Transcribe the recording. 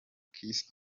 kiss